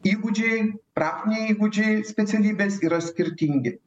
įgūdžiai praktiniai įgūdžiai specialybės yra skirtingi